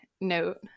note